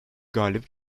galip